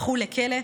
הפכו לכלא,